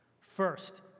First